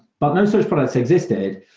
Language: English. but no such products existed.